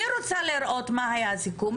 אני רוצה לראות מה היה הסיכום,